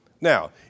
Now